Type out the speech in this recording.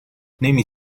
نمی